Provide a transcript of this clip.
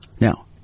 Now